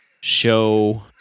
show